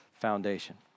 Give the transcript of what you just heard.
foundation